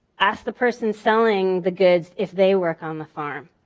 ask the person selling the goods if they work on the farm.